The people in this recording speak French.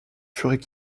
fussent